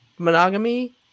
monogamy